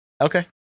Okay